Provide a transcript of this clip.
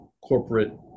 corporate